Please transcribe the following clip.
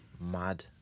mad